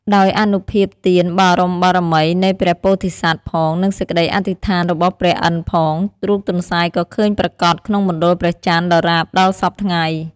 ដោយអនុភាពទាន បរមត្ថបារមីនៃព្រះពោធិសត្វផង និងសេចក្តីអធិដ្ឋាន របស់ព្រះឥន្ទផង រូបទន្សាយក៏ឃើញប្រាកដ ក្នុងមណ្ឌលព្រះចន្ទដរាបដល់សព្វថ្ងៃ។